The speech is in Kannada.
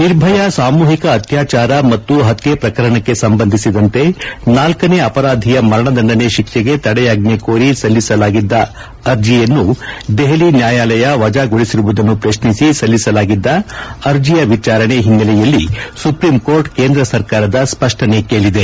ನಿರ್ಭಯಾ ಸಾಮೂಹಿಕ ಅತ್ಯಾಚಾರ ಮತ್ತು ಹತ್ಯೆ ಪ್ರಕರಣಕ್ಕೆ ಸಂಬಂಧಿಸಿದಂತೆ ನಾಲ್ಕನೇ ಅಪರಾಧಿಯ ಮರಣ ದಂಡನೆ ತಿಕ್ಷೆಗೆ ತಡೆಯಾಜ್ಜೆ ಕೋರಿ ಸಲ್ಲಿಸಲಾಗಿದ್ದ ಅರ್ಜೆಯನ್ನು ದೆಹಲಿ ನ್ಯಾಯಾಲಯ ವಜಾಗೊಳಿಸಿರುವುದನ್ನು ಪ್ರಶ್ನಿಸಿ ಸಲ್ಲಿಸಲಾಗಿದ್ದ ಅರ್ಜೆಯ ವಿಚಾರಣೆ ಹಿನ್ನೆಲೆಯಲ್ಲಿ ಸುಪ್ರೀಂಕೋರ್ಟ್ ಕೇಂದ್ರ ಸರ್ಕಾರದ ಸ್ಪಷ್ಷನೆ ಕೇಳದೆ